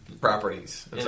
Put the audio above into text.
properties